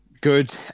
good